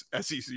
SEC